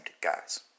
guys